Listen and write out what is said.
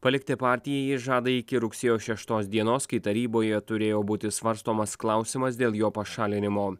palikti partiją jis žada iki rugsėjo šeštos dienos kai taryboje turėjo būti svarstomas klausimas dėl jo pašalinimo